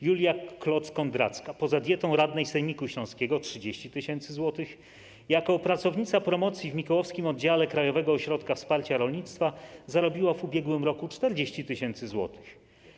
Julia Kloc-Konracka poza dietą radnej sejmiku śląskiego - 30 tys. zł - jako pracownica promocji w mikołowskim oddziale Krajowego Ośrodka Wsparcia Rolnictwa zarobiła w ubiegłym roku 40 tys. zł.